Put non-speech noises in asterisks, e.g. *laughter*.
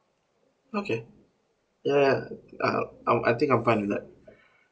okay ya uh um I think I'm fine with that *breath*